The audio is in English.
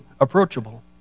approachable